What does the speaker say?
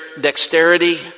dexterity